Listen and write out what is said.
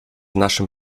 naszym